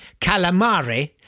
calamari